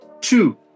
Two